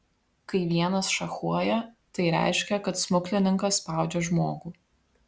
kai vienas šachuoja tai reiškia kad smuklininkas spaudžia žmogų